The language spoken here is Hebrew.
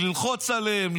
ללחוץ עליהם,